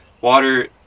water